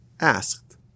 asked